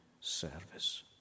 service